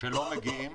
לא מגיעים,